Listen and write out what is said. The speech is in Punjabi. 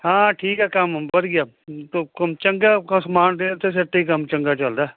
ਹਾਂ ਠੀਕ ਆ ਕੰਮ ਵਧੀਆ ਚੰਗਾ ਸਮਾਨ ਦੇਨ ਤੇ ਸਿਰ ਤੇ ਈ ਕੰਮ ਚੰਗਾ ਚਲਦਾ